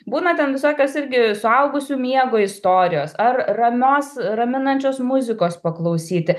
būna ten visokios irgi suaugusių miego istorijos ar ramios raminančios muzikos paklausyti